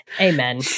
Amen